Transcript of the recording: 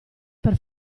per